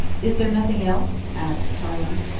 is there nothing else? asked tarling.